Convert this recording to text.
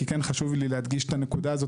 כי כן חשוב לי להדגיש את הנקודה הזאת,